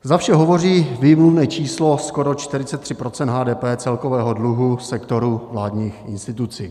Za vše hovoří výmluvné číslo skoro 43 % HDP celkového dluhu sektoru vládních institucí.